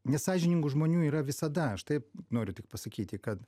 nesąžiningų žmonių yra visada aš taip noriu tik pasakyti kad